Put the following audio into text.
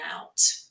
out